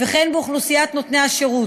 וכן באוכלוסיית נותני השירות,